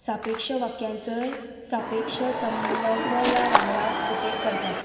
सापेक्ष वाक्यांचोय सापेक्ष सम्नवया वांगडा उपेग करतात